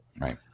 Right